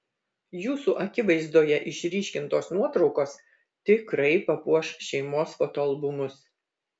jūsų akivaizdoje išryškintos nuotraukos tikrai papuoš šeimos fotoalbumus